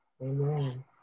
Amen